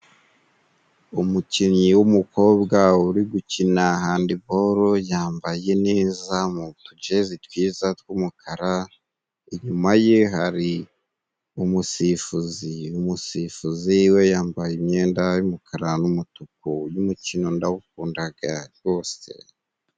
Umukinnyi w'umukobwa uri gukina handiboro, yambaye neza mu tujezi twiza tw'umukara inyuma ye hari umusifuzi umusifuzi we yambaye imyenda y'umukara n'umutuku, uyu mukino ndawukundaga rwose.